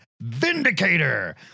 Vindicator